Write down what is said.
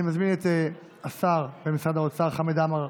אני מזמין את השר במשרד האוצר חמד עמאר,